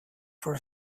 for